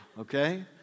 Okay